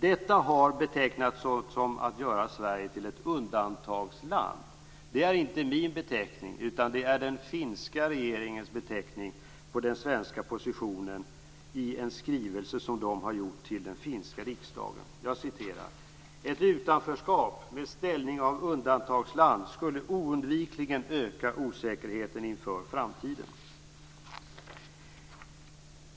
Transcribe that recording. Detta har betecknats som att man gör Sverige till ett undantagsland. Det är inte min beteckning, utan det är den finska regeringens beteckning på den svenska positionen i en skrivelse till den finska riksdagen: "Ett utanförskap, med ställningen av undantagsland, skulle oundvikligen öka osäkerheten inför framtiden".